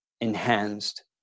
enhanced